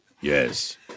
Yes